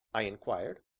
i inquired.